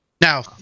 Now